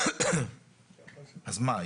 אז מה,